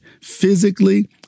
physically